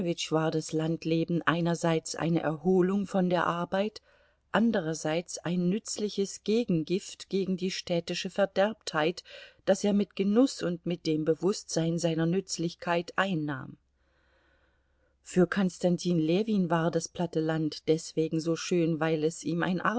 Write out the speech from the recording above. war das landleben einerseits eine erholung von der arbeit anderseits ein nützliches gegengift gegen die städtische verderbtheit das er mit genuß und mit dem bewußtsein seiner nützlichkeit einnahm für konstantin ljewin war das platte land deswegen so schön weil es ihm ein